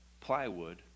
plywood